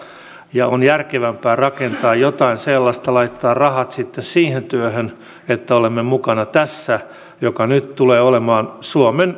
ja on järkevämpää rakentaa jotain sellaista laittaa rahat sitten siihen työhön niin että olemme mukana tässä mikä nyt tulee olemaan suomen